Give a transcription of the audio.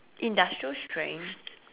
industrial strength